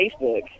facebook